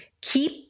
Keep